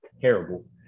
terrible